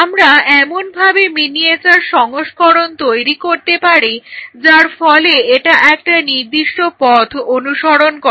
আমরা এমন ভাবে মিনিয়েচার সংস্করণ তৈরি করতে পারি যার ফলে এটা একটা নির্দিষ্ট পথ অনুসরণ করে